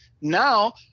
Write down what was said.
Now